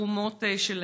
בתרומות שלהן.